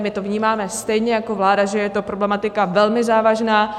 My vnímáme stejně jako vláda, že je to problematika velmi závažná.